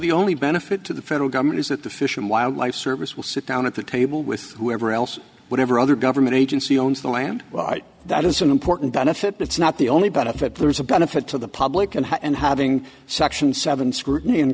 the only benefit to the federal government is that the fish and wildlife service will sit down at the table with whoever else whatever other government agency owns the land well that is an important benefit that's not the only benefit there's a benefit to the public and how and having section seven scrutiny in